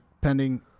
pending